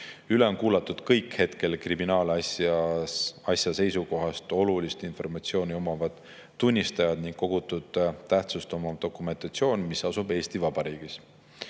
Üle on kuulatud kõik hetkel kriminaalasja seisukohast olulist informatsiooni omavad tunnistajad ning kokku on kogutud tähtsust omav dokumentatsioon, mis asub Eesti Vabariigis.